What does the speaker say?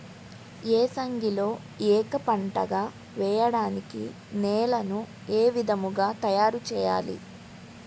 ఏసంగిలో ఏక పంటగ వెయడానికి నేలను ఏ విధముగా తయారుచేయాలి?